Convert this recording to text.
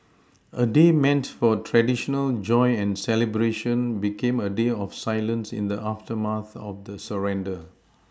a day meant for traditional joy and celebration became a day of silence in the aftermath of the surrender